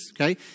Okay